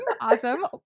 Awesome